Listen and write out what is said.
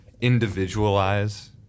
individualize